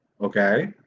Okay